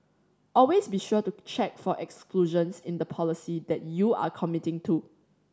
always be sure to check for exclusions in the policy that you are committing to